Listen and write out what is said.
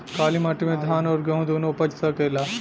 काली माटी मे धान और गेंहू दुनो उपज सकेला?